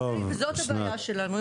זאת הבעיה שלנו.